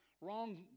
Wrong